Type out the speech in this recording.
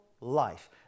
life